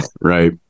right